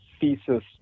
thesis